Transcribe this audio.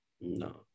No